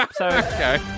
Okay